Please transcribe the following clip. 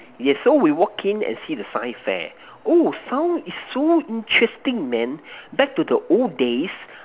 yes so we walk in and see the science fair oh sound is so interesting man back to the old days